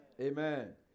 Amen